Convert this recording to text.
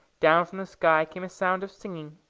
down from the sky came a sound of singing,